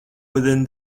within